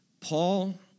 Paul